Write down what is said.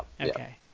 Okay